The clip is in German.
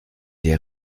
der